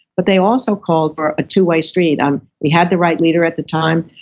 but they also called for a two way street. um we had the right leader at the time,